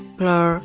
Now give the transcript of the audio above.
blur